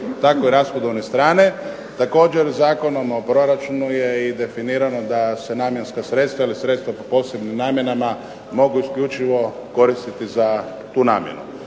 tako i rashodovne strane, također Zakonom o proračunu je definirano da se namjenska sredstva ili sredstva po posebnim namjenama mogu isključivo koristiti za tu namjenu.